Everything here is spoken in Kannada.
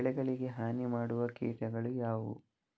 ಬೆಳೆಗಳಿಗೆ ಹಾನಿ ಮಾಡುವ ಕೀಟಗಳು ಯಾವುವು?